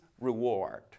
reward